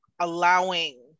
allowing